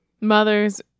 mothers